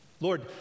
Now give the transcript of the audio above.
Lord